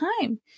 time